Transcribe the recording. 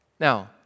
Now